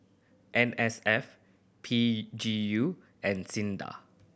N S F P G U and SINDA